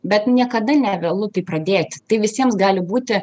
bet niekada nevėlu tai pradėti tai visiems gali būti